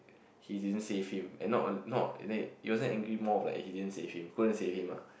he didn't save him and not not and then he he wasn't angry more like he didn't save him couldn't save him ah